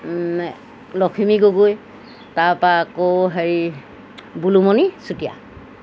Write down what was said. লখিমী গগৈ তাৰপৰা আকৌ হেৰি বুলুমণি চুতীয়া